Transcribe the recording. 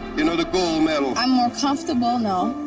you know, the gold medal. i'm more comfortable now.